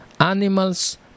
animals